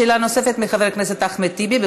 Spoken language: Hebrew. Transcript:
שאלה נוספת לחבר הכנסת אחמד טיבי.